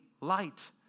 light